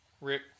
Rick